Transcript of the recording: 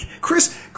Chris